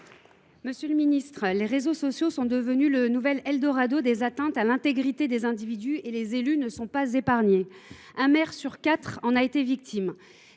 et Républicain. Les réseaux sociaux sont devenus le nouvel eldorado des atteintes à l’intégrité des individus, et les élus ne sont pas épargnés. Un maire sur quatre en a été victime.